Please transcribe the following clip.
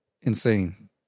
insane